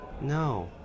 No